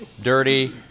dirty